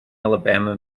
alabama